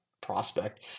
prospect